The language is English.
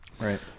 Right